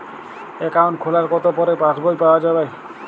Account খোলার কতো পরে পাস বই পাওয়া য়ায়?